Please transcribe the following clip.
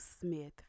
smith